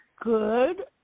good